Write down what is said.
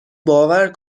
باور